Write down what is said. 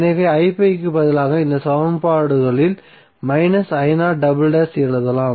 எனவே க்கு பதிலாக இந்த சமன்பாடுகளில் எழுதலாம்